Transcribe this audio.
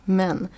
men